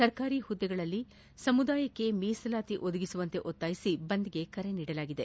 ಸರ್ಕಾರಿ ಹುದ್ಗೆಗಳಲ್ಲಿ ಸಮುದಾಯಕ್ಕೆ ಮೀಸಲಾತಿ ಒದಗಿಸುವಂತೆ ಒತ್ತಾಯಿಸಿ ಬಂದ್ಗೆ ಕರೆ ನೀಡಲಾಗಿದೆ